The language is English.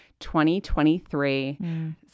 2023